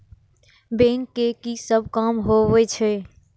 Bank के की सब काम होवे छे?